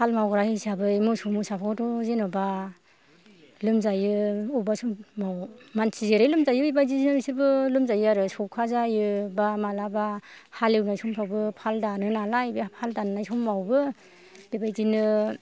हाल मावग्रा हिसाबै मोसौ मोसाखौथ' जेनेबा लोमजायो बबेबा समाव मानसि जेरै लोमजायो बेबादिनो बिसोरबो लोमजायो आरो सौखा जायो बा मालाबा हालेवनाय समफ्रावबो फाल दानो नालाय फाल दाननाय समावबो बेबायदिनो